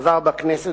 עבר בכנסת